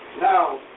Now